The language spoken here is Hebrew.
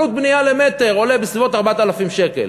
עלות בנייה למטר עולה בסביבות 4,000 שקלים